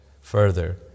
further